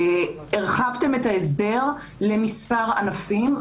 הרחבתם את ההסדר למספר ענפים,